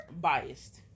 Biased